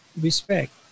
respect